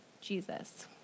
Jesus